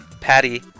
Patty